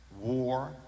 war